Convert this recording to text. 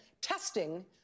testing